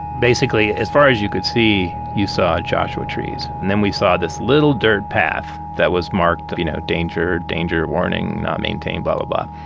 basically, as far as you could see, you saw joshua trees and then we saw this little dirt path that was marked you know danger, danger, warning, not maintained, blah, blah, blah.